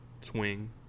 swing